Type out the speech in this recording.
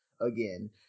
again